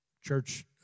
church